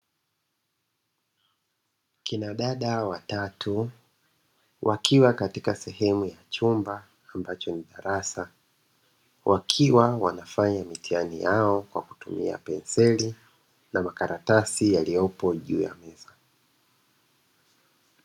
Kinadada watatu wakiwa katika sehemu ya chumba ambacho ni darasa, wakiwa wanafanya mitihani yao kwa kutumia penseli na makaratasi yaliyopo juu ya meza.